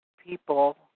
people